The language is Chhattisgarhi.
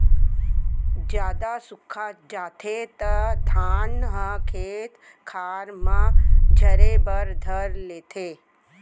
जादा सुखा जाथे त दाना ह खेत खार म झरे बर धर लेथे